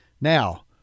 now